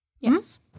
Yes